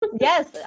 Yes